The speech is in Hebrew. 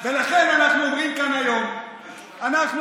הבעיה היא שגם הציבור לא מאמין, זו הבעיה.